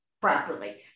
properly